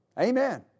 Amen